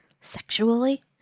sexually